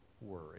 worry